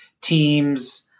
teams